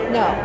no